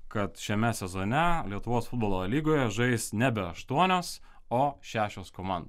kad šiame sezone lietuvos futbolo lygoje žais nebe aštuonios o šešios komandos